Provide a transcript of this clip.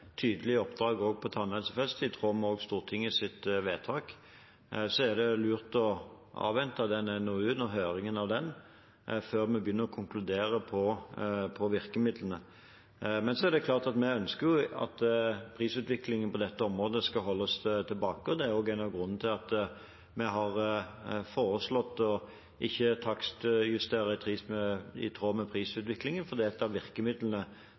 tydelig oppdrag også på tannhelsefeltet, i tråd med Stortingets vedtak, så er det lurt å avvente den NOU-en og høringen av den før vi begynner å konkludere på virkemidlene. Men det er klart, vi ønsker jo at prisutviklingen på dette området skal holdes tilbake. Det er også en av grunnene til at vi har foreslått ikke å takstjustere i tråd med prisutviklingen, for det er et av virkemidlene